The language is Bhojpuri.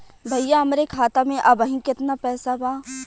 भईया हमरे खाता में अबहीं केतना पैसा बा?